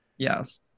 Yes